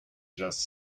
just